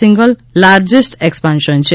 single largest expansion છે